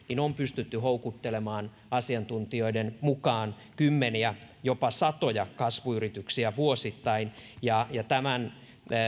on pystytty houkuttelemaan asiantuntijoiden mukaan kymmeniä jopa satoja kasvuyrityksiä vuosittain tämän